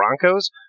Broncos